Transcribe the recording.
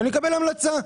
ומקבל המלצה.